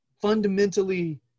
fundamentally